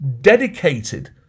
dedicated